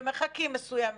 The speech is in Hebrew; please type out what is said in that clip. במרחקים מסוימים,